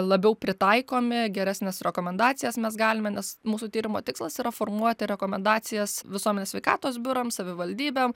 labiau pritaikomi geresnes rekomendacijas mes galime nes mūsų tyrimo tikslas yra formuoti rekomendacijas visuomenės sveikatos biurams savivaldybėm